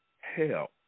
hell